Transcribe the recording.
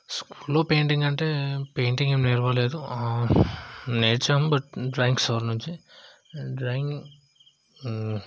స్కూల్లో పెయింటింగ్ అంటే పెయింటింగ్ ఏం నేర్వలేదు నేర్చాము బట్ డ్రాయింగ్ సార్ నుంచి డ్రాయింగ్